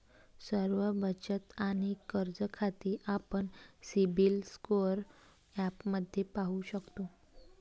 सर्व बचत आणि कर्ज खाती आपण सिबिल स्कोअर ॲपमध्ये पाहू शकतो